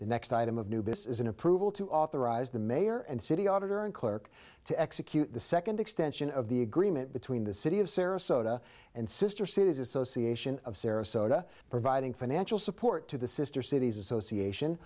the next item of new business is an approval to authorize the mayor and city auditor and clerk to execute the second extension of the agreement between the city of sarasota and sister cities association of sarasota providing financial support to the sister cities association